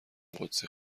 قدسی